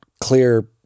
clear